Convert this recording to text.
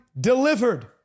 delivered